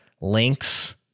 links